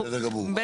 בסדר גמור, הלאה.